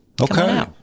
Okay